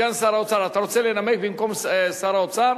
סגן שר האוצר, אתה רוצה לנמק במקום שר האוצר?